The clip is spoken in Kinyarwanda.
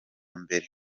mbere